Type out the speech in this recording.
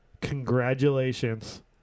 Congratulations